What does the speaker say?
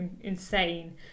insane